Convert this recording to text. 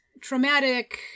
traumatic